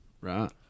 Right